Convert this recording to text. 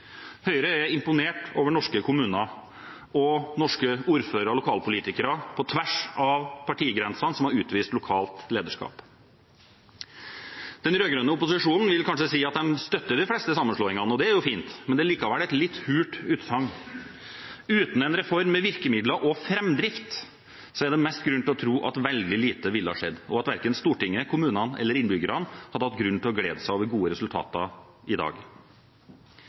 Høyre er imponert over norske kommuner, ordførere og lokalpolitikere – på tvers av partigrensene – som har utvist lokalt lederskap. Den rød-grønne opposisjonen vil kanskje si at de støtter de fleste sammenslåingene, og det er jo fint. Men likevel er det et litt hult utsagn. Uten en reform med virkemidler og framdrift er det mest grunn til å tro at veldig lite ville skjedd, og at verken Stortinget, kommunene eller innbyggerne hadde hatt grunn til å glede seg over gode resultater i dag.